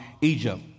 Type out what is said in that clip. Egypt